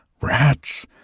rats